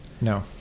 No